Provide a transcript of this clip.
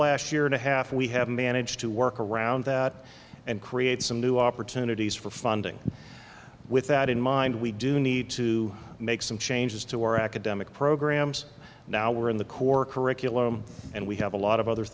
last year and a half we have managed to work around that and create some new opportunities for funding with that in mind we do need to make some changes to our academic programs now we're in the core curriculum and we have a lot of other